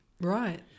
Right